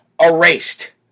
erased